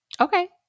Okay